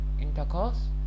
intercourse